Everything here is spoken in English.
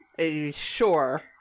sure